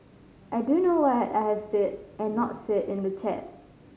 I do know what I have said and not said in the chat